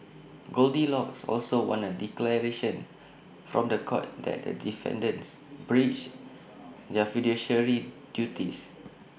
goldilocks also wants A declaration from The Court that the defendants breached their fiduciary duties